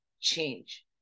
change